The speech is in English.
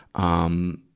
um,